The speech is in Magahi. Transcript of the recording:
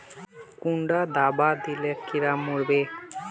कुंडा दाबा दिले कीड़ा मोर बे?